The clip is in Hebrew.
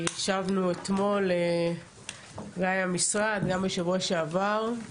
ישבנו אתמול עם המשרד וגם בשבוע שעבר,